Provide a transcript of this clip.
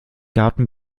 garten